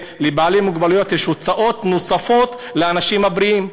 לבעלי מוגבלות יש הוצאות נוספות על אלה של אנשים בריאים.